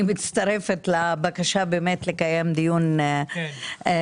אני מצטרפת לבקשה באמת לקיים דיון רציני,